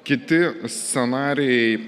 kiti scenarijai